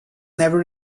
never